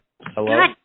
Hello